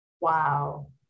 Wow